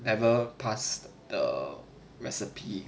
ever passed the recipe